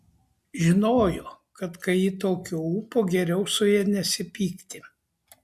žinojo kad kai ji tokio ūpo geriau su ja nesipykti